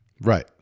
Right